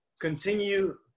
continue